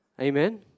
Amen